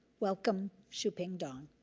welcome, shuping dong.